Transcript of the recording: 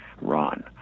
Ron